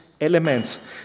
elements